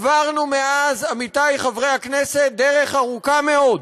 עברנו מאז, עמיתי חברי הכנסת, דרך ארוכה מאוד.